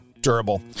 durable